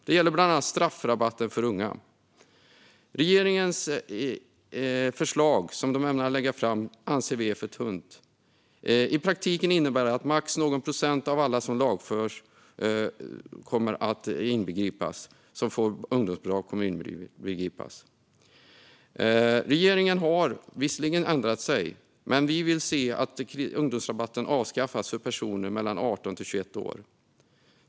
Vad gäller straffrabatten för unga anser vi att det förslag som regeringen ämnar lägga fram är för tunt. I praktiken innebär det att max någon procent av alla som lagförs och får ungdomsrabatt kommer att inbegripas. Regeringen har visserligen ändrat sig, men vi vill se att ungdomsrabatten avskaffas för personer mellan 18 och 21 år.